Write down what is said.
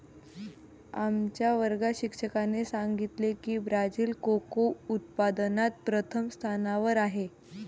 आमच्या वर्गात शिक्षकाने सांगितले की ब्राझील कोको उत्पादनात प्रथम स्थानावर आहे